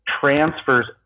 transfers